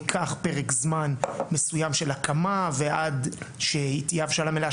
ייקח פרק זמן מסוים של הקמה ועד שתהיה הבשלה מלאה,